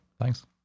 Thanks